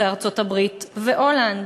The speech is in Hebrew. אחרי ארצות-הברית והולנד.